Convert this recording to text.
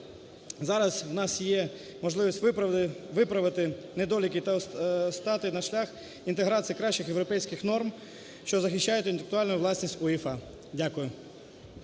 Заразe нас є можливість виправити недоліки та стати на шлях інтеграції кращих європейських норм, що захищають інтелектуальну власність УЄФА. Дякую.